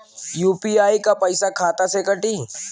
UPI क पैसा खाता से कटी?